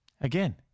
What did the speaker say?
Again